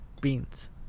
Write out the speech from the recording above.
beans